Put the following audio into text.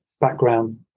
background